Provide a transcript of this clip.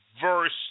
verse